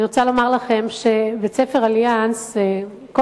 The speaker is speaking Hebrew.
אני רוצה לומר לכם שבית-ספר "אליאנס" כל